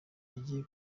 agiye